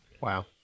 Wow